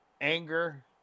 Anger